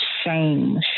Shame